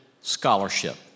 scholarship